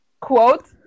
quote